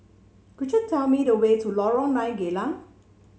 could you tell me the way to Lorong Nine Geylang